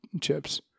chips